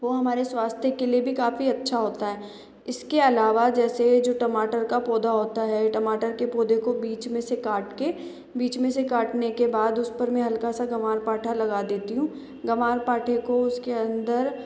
वो हमारे स्वास्थ्य के लिए भी काफ़ी अच्छा होता है इसके अलावा जैसे जो टमाटर का पौधा होता है टमाटर के पौधे को बीच में से काटके बीच में से काटने के बाद उस पर मैं हल्का सा ग्वारपाठा लगा देती हूँ ग्वारपाठे को उसके अंदर